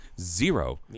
zero